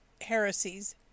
heresies